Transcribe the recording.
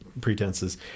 pretenses